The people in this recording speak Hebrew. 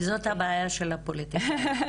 זאת הבעיה של הפוליטיקאים.